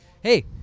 hey